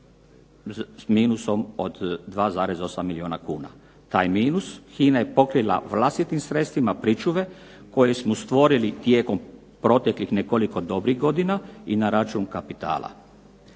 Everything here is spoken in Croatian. sa minusom od 2,8 milijuna kuna. Taj minus HINA je pokrila vlastitim sredstvima pričuve koje smo stvorili tijekom proteklih nekoliko dobrih godina i na račun kapitala.